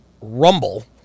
Rumble